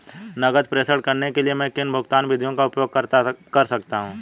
नकद प्रेषण करने के लिए मैं किन भुगतान विधियों का उपयोग कर सकता हूँ?